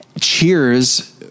Cheers